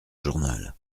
journal